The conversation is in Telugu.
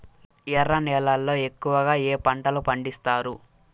ఎర్ర నేలల్లో ఎక్కువగా ఏ పంటలు పండిస్తారు